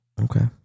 Okay